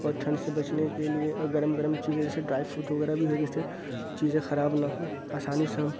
اور ٹھنڈ سے بچنے کے لیے گرم گرم چیزیں جیسے ڈرائی فروٹ وغیرہ بھی ہو جیسے چیزیں خراب نہ ہو آسانی سے ہم